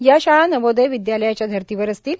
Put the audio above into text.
या शाळा नवोदय विदयालयाच्या धर्तीवर असतील